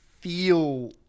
feel